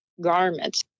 garments